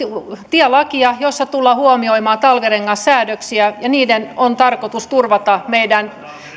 tielakia jossa tullaan huomioimaan talvirengassäädöksiä ja niiden on tarkoitus turvata meidän